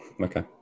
Okay